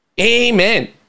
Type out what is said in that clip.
Amen